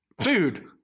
Food